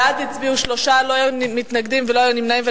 בעד הצביעו שלושה, לא היו מתנגדים ולא היו נמנעים.